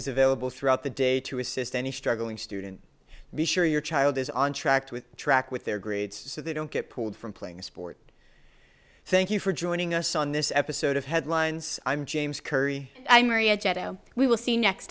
is available throughout the day to assist any struggling student be sure your child is on track to track with their grades so they don't get pulled from playing a sport thank you for joining us on this episode of headlines i'm james curry i'm maria jet oh we will see